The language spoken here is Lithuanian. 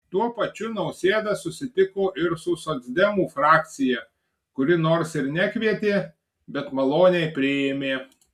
tuo pačiu nausėda susitiko ir su socdemų frakcija kuri nors ir nekvietė bet maloniai priėmė